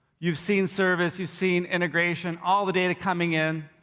you've seen service, you've seen integration, all the data coming in.